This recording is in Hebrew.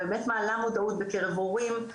באמת מעלה מודעות בקרב הורים,